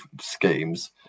schemes